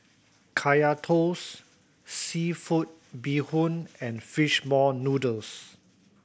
Kaya Toast seafood bee hoon and fish ball noodles